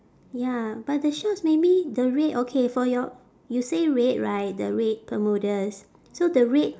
ya but the shorts maybe the red okay for your you say red right the red bermudas so the red